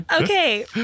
okay